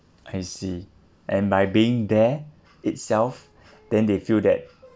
I see and by being there itself then they feel that